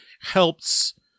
helps